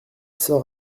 sort